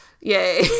yay